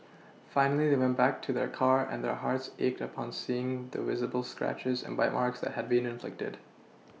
finally they went back to their car and their hearts ached upon seeing the visible scratches and bite marks that had been inflicted